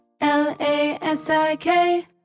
L-A-S-I-K